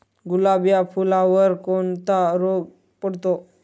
गुलाब या फुलावर कोणता रोग पडतो?